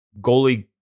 goalie